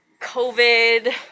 COVID